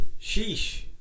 sheesh